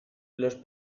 los